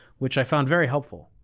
which i found very helpful.